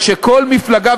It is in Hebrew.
שכל מפלגה,